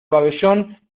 pabellón